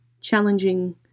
challenging